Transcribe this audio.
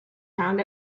found